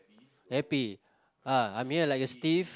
happy ah I'm here like a stiff